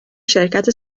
شرکت